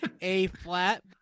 A-flat